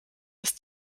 ist